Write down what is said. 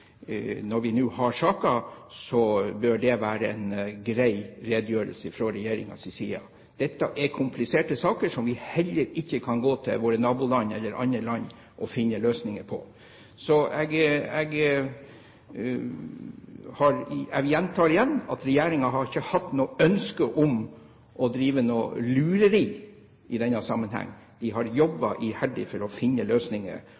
når vi nå har saken, bør det være en grei redegjørelse fra regjeringens side. Dette er kompliserte saker, som vi heller ikke kan gå med til våre naboland eller andre land og finne løsninger på. Så jeg gjentar: Regjeringen har ikke hatt noe ønske om å drive lureri i denne sammenheng. Den har jobbet iherdig for å finne løsninger,